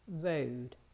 road